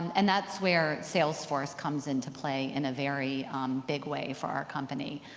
and that's where salesforce comes into play in a very big way for our company.